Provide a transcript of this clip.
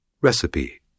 Recipe